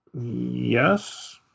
yes